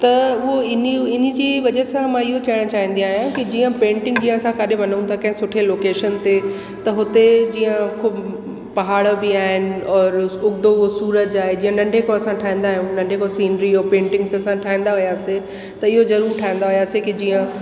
त उहो हिन हिनजी वजह सां मां इहो चवण चाहींदी आहियां कि जीअं पेंटिंग जी असां काॾहें वञूं था कंहिं सुठे लोकेशन ते त हुते जीअं ख़ूबु पहाड़ बि आहिनि और उगदो सूरज आहे जीअं नंढे खां असां ठहंदा आहियूं नंढे खां सीनरी ऐं पेंटिंग्स असां ठाहींदा हुआसीं त इहो ज़रूरी ठाहींदा हुआसीं कि जीअं